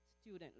student